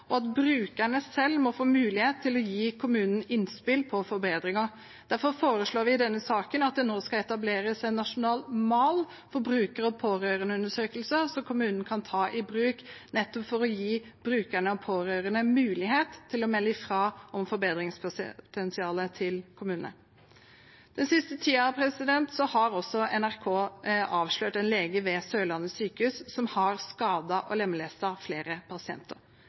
og at brukerne selv må få mulighet til å gi kommunen innspill til forbedringer. Derfor foreslår vi i denne saken at det nå skal etableres en nasjonal mal for bruker- og pårørendeundersøkelser som kommunen kan ta i bruk nettopp for å gi brukerne og pårørende mulighet til å melde fra om forbedringspotensial til kommunene. Den siste tiden har NRK avslørt en lege ved Sørlandet sykehus som har skadet og lemlestet flere pasienter.